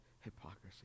hypocrisy